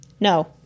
No